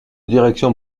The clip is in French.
direction